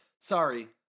sorry